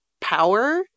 Power